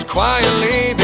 Quietly